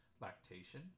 lactation